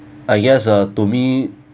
I guess ah to me